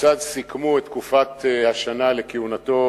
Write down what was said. כיצד סיכמו את תקופת השנה לכהונתו